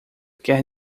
quer